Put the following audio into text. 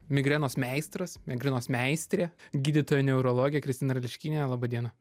migrenos meistras migrenos meistrė gydytoja neurologė kristina ryliškienė laba diena